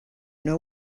know